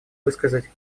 высказать